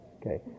okay